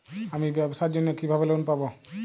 আমি ব্যবসার জন্য কিভাবে লোন পাব?